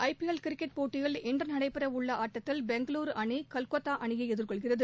IPL cricket போட்டியில் இன்று நடைபெறவுள்ள ஆட்டத்தில் பெங்களூரு அணி கொல்கத்தா அணியை எதிர்கொள்கிறது